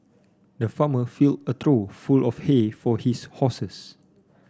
the farmer filled a full of hay for his horses